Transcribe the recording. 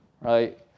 right